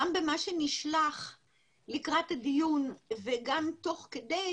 גם במה שנשלח לקראת הדיון וגם תוך כדי